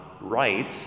right